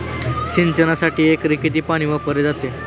सिंचनासाठी एकरी किती पाणी वापरले जाते?